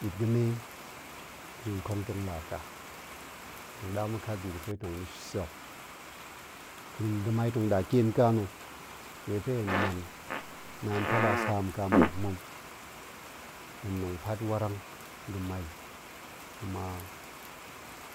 Ɓit ga̱me bi nkong tong laa ka, tong ɗa ma̱kat bi ga̱pe tong ma̱sa̱, gurum ga̱mai tong ɗa kyen ka na, nniepe hen man naan taɓa saam ka mmuk mou, hen nong pat warang nga̱mai, kuma